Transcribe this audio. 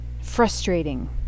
frustrating